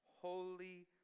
holy